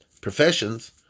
professions